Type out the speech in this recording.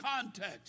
context